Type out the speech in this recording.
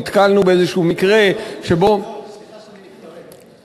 נתקלנו באיזשהו מקרה שבו, דב, סליחה שאני מתפרץ.